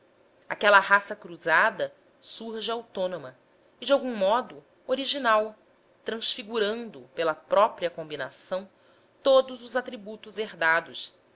aquela raça cruzada surge autônoma e de algum modo original transfigurando pela própria combinação todos os atributos herdados